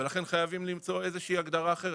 ולכן חייבים למצוא איזושהי הגדרה אחרת.